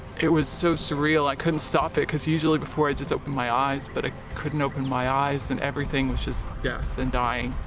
it was so surreal. i couldn't stop it because usually before i just opened my eyes but i ah couldn't open my eyes and everything was just death then dying.